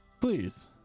Please